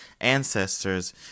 ancestors